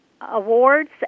awards